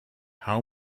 how